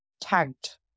tagged